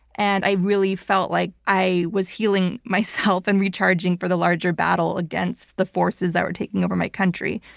and i really felt like i was healing myself and recharging for the larger battle against the forces that were taking over my country.